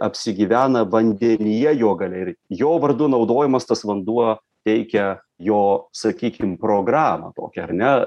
apsigyvena vandenyje jo galia ir jo vardu naudojamas tas vanduo teikia jo sakykim programą tokią ar ne